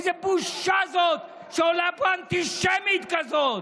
איזה בושה זאת שעולה פה אנטישמית כזאת.